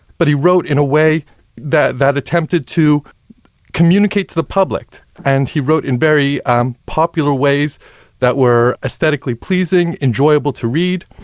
but he wrote in a way that that attempted to communicate to the public, and he wrote in very um popular ways that were aesthetically pleasing, enjoyable to read.